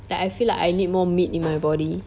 like I feel like I need more meat in my body